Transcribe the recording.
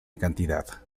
cantidad